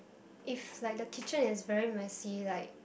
if like the kitchen is very messy like